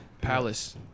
Palace